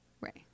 Right